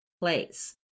place